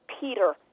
Peter